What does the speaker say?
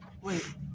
wait